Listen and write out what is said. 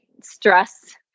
Stress